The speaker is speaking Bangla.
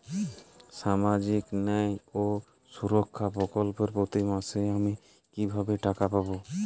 সামাজিক ন্যায় ও সুরক্ষা প্রকল্পে প্রতি মাসে আমি কিভাবে টাকা পাবো?